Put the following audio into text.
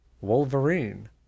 wolverine